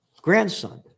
grandson